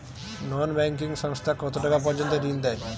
নন banking সংস্থা কতটাকা পর্যন্ত ঋণ দেয়?